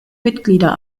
mitglieder